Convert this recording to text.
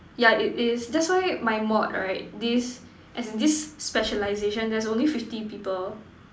yeah it is that's why my mod right this and this specialization there's only fifty people